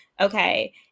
Okay